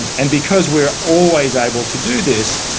and and because we are always able to do this,